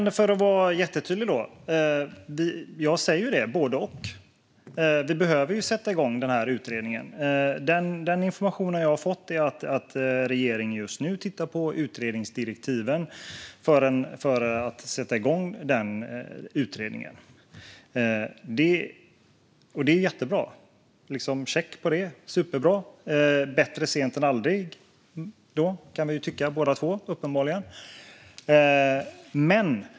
Fru talman! Jag ska vara jättetydlig. Jag säger både och. Vi behöver sätta igång utredningen. Den information jag har fått är att regeringen just nu tittar på utredningsdirektiven för att sätta igång den utredningen. Det är jättebra, check på det. Det är superbra. Bättre sent än aldrig, kan vi uppenbarligen tycka båda två.